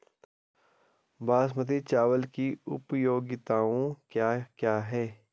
बासमती चावल की उपयोगिताओं क्या क्या हैं?